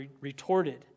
retorted